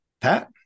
Pat